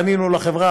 פנינו לחברה,